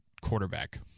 quarterback